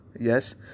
yes